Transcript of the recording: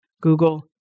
Google